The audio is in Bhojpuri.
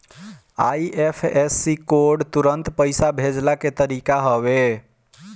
आई.एफ.एस.सी कोड तुरंत पईसा भेजला के तरीका हवे